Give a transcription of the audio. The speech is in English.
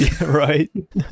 right